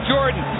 Jordan